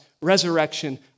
resurrection